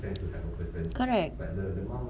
correct